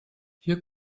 hier